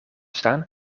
staan